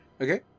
Okay